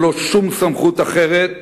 ולא שום סמכות אחרת,